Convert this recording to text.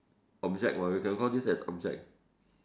object [what] we can count this as object